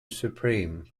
supreme